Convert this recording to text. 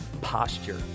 posture